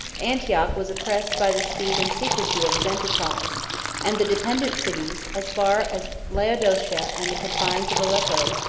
antioch was oppressed by the speed and secrecy of his enterprise and the dependent cities, as far as laodicea and the confines of aleppo,